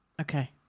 Okay